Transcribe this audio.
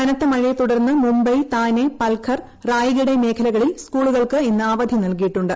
കനത്ത മഴയെ തുടർന്ന് മുംബൈ താനേ പൽഘർ റായ്ഗിഡേ മേഖലകളിൽ സ്കൂളുകൾക്ക് ഇന്ന് അവധി നൽകിയിട്ടുണ്ട്